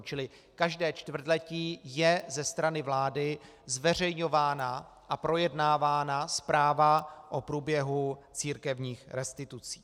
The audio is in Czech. Čili každé čtvrtletí je ze strany vlády zveřejňována a projednávána zpráva o průběhu církevních restitucí.